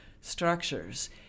structures